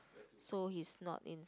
so he's not in